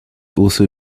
also